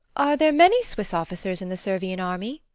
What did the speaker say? are there many swiss officers in the servian army?